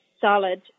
solid